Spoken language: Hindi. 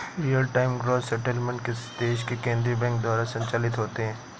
रियल टाइम ग्रॉस सेटलमेंट किसी देश के केन्द्रीय बैंक द्वारा संचालित होते हैं